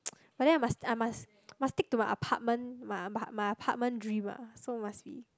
but then I must I must must stick to my apartment my apa~ my apartment dream ah so must be